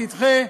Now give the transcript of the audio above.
תדחה,